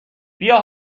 بیا